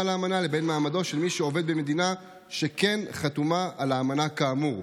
על האמנה לבין מעמדו של מי שעובד במדינה שכן חתומה על האמנה כאמור.